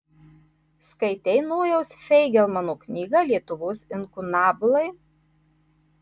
skaitei nojaus feigelmano knygą lietuvos inkunabulai